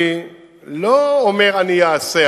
אני לא אומר: אני אעשה.